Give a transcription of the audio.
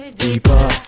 Deeper